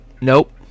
Nope